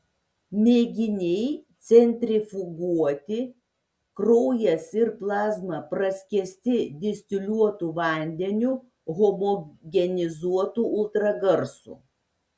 mėginiai centrifuguoti kraujas ir plazma praskiesti distiliuotu vandeniu homogenizuota ultragarsu